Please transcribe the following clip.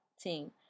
team